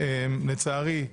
לצערי,